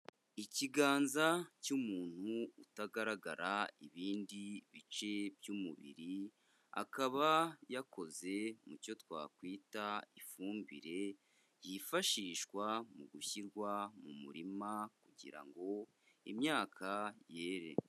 Ikiganza cy'umuntu utagaragara ibindi bice by'umubiri, akaba yakoze mu cyo twakwita ifumbire, yifashishwa mu gushyirwa mu murima kugira ngo imyaka yere.